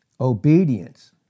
Obedience